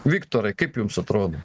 viktorai kaip jums atrodo